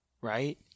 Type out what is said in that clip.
right